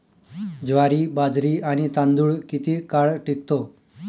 ज्वारी, बाजरी आणि तांदूळ किती काळ टिकतो?